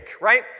right